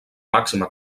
màxima